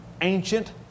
ancient